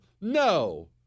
No